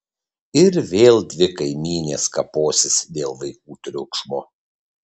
ir vėl dvi kaimynės kaposis dėl vaikų triukšmo